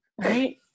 Right